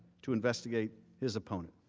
to investigate his opponent.